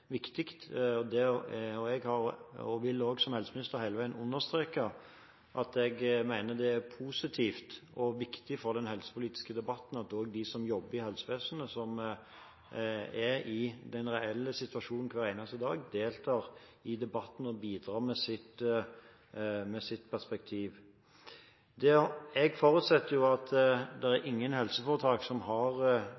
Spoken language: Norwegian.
Som helseminister vil jeg også hele veien understreke at jeg mener det er positivt og viktig for den helsepolitiske debatten at også de som jobber i helsevesenet, som er i den reelle situasjonen hver eneste dag, deltar i debatten og bidrar med sitt perspektiv. Jeg forutsetter jo at det ikke er